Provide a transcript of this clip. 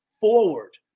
forward